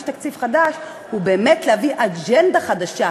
תקציב חדש הוא באמת כדי להביא אג'נדה חדשה,